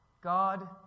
God